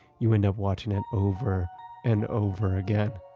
you end up watching and over and over again.